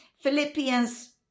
Philippians